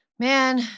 Man